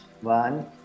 One